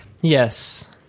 Yes